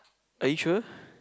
are you sure